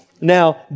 now